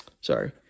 sorry